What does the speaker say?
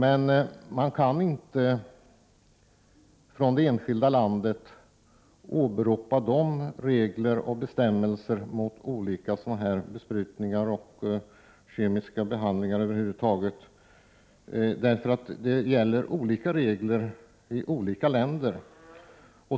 Ett enskilt land kan emellertid inte åberopa regler och bestämmelser mot olika besprutningar och kemiska behandlingar, eftersom det gäller olika regler i olika länder.